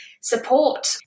support